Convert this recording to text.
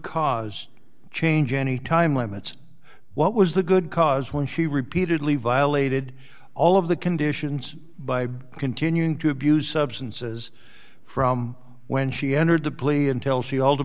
cause change any time limits what was the good cause when she repeatedly violated all of the conditions by continuing to abuse substances from when she entered the plea until she